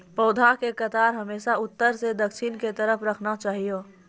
पौधा के कतार हमेशा उत्तर सं दक्षिण के तरफ राखना चाहियो